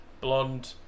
blonde